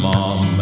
Mom